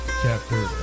chapter